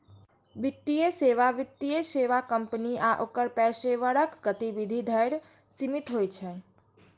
वित्तीय सेवा वित्तीय सेवा कंपनी आ ओकर पेशेवरक गतिविधि धरि सीमित होइ छै